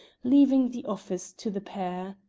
leaving the office to the pair.